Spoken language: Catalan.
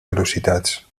velocitats